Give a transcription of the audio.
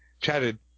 chatted